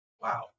Wow